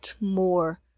more